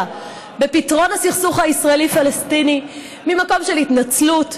בפתרון הסכסוך הישראלי פלסטיני ממקום של התנצלות,